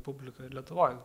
publiką ir lietuvoj